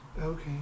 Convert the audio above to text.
Okay